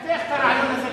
תפתח את הרעיון הזה קצת.